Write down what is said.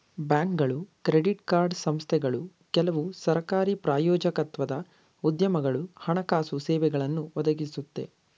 ಬ್ಯಾಂಕ್ಗಳು credit card ಸಂಸ್ಥೆಗಳು ಕೆಲವು ಸರಕಾರಿ ಪ್ರಾಯೋಜಕತ್ವದ ಉದ್ಯಮಗಳು ಹಣಕಾಸು ಸೇವೆಗಳನ್ನು ಒದಗಿಸುತ್ತೆ